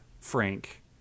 Frank